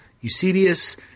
Eusebius